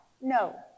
No